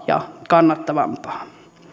ja kannattavampaa